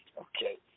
Okay